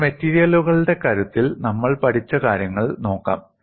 ഇപ്പോൾ മെറ്റീരിയലുകളുടെ കരുത്തിൽ നമ്മൾ പഠിച്ച കാര്യങ്ങൾ നോക്കാം